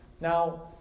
Now